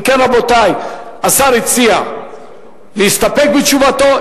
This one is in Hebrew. אם כן, רבותי, השר הציע להסתפק בתשובתו.